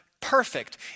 perfect